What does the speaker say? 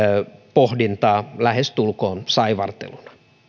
pohdintaa lähestulkoon saivarteluna